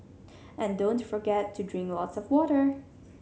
and don't forget to drink lots of water